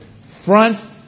Front